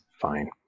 fine